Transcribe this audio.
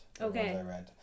Okay